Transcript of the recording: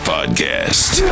Podcast